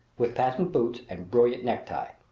with patent boots and brilliant necktie.